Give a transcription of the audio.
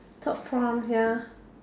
third prompt ya